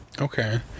Okay